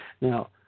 Now